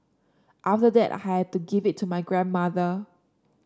after that I had to give it to my grandmother